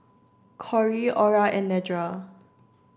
Corey Ora and Nedra